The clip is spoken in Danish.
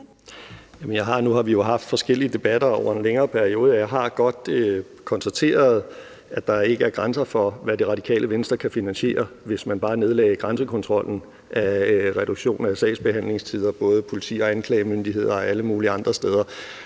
Nu har vi jo haft forskellige debatter over en længere periode, og jeg har godt konstateret, at der ikke er grænser for, hvad Det Radikale Venstre kan finansiere, hvis man bare nedlagde grænsekontrollen, af reduktioner af sagsbehandlingstider, både hos politi og anklagemyndighed og alle mulige andre steder.